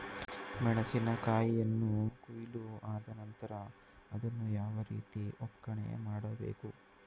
ಮೆಣಸಿನ ಕಾಯಿಯನ್ನು ಕೊಯ್ಲು ಆದ ನಂತರ ಅದನ್ನು ಯಾವ ರೀತಿ ಒಕ್ಕಣೆ ಮಾಡಬೇಕು?